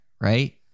right